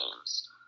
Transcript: games